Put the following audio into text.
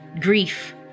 grief